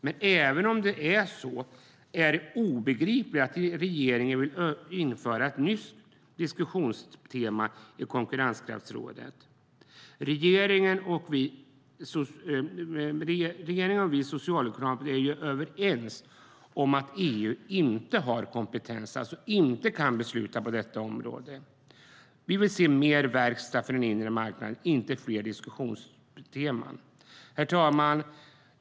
Men även om det är så är det obegripligt att regeringen vill införa ett nytt diskussionstema i Konkurrenskraftsrådet. Regeringen och vi socialdemokrater är ju överens om att EU inte har kompetens, alltså inte kan besluta, på detta område. Vi vill se mer verkstad för den inre marknaden, inte fler diskussionsteman. Herr talman!